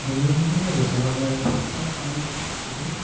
बेनिजों लोगोसे मानि खोरथिया मानि फिथिख्रि